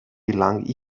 gelang